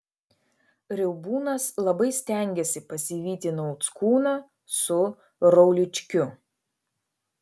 riaubūnas labai stengėsi pasivyti nauckūną su rauličkiu